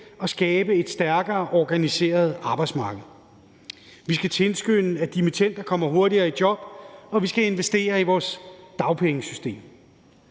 og skabe et stærkere organiseret arbejdsmarked. Vi skal tilskynde til, at dimittender kommer hurtigere i job, og vi skal investere i vores dagpengesystem.